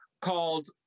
called